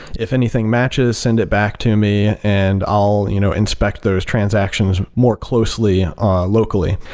if anything matches, send it back to me and i'll you know inspect those transactions more closely locally.